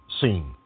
seen